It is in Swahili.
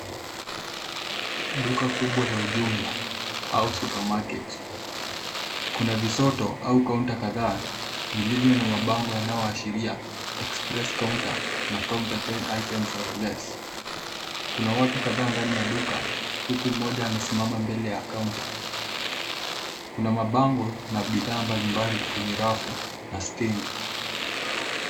Duka kubwa la ujumla au supermarket . Kuna visoto au kaunta kadhaa vilivyo na mabango yanayoashiria express counter na [cs counter ten items or less . Kuna watu kadhaa ndani ya duku huku mmoja amesimama mbele ya kaunta. Kuna mabango na bidhaa mbalimbali kwenye rafu na stendi.